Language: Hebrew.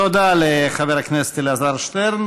תודה לחבר הכנסת אלעזר שטרן.